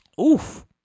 oof